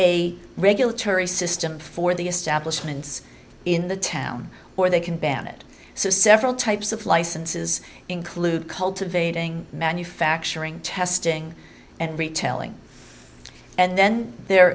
a regulatory system for the establishment in the town or they can ban it so several types of licenses include cultivating manufacturing testing and retailing and then there